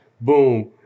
boom